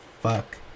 fuck